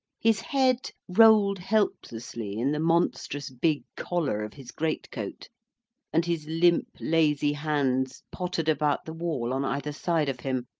his head rolled helplessly in the monstrous big collar of his great-coat and his limp, lazy hands pottered about the wall on either side of him,